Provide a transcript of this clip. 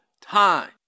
time